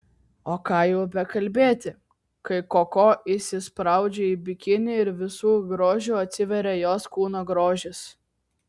o ką jau bekalbėti kai koko įsispraudžia į bikinį ir visu grožiu atsiveria jos kūno grožis